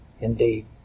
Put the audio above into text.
indeed